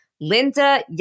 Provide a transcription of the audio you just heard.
Linda